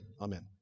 Amen